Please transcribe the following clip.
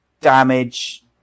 damage